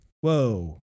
whoa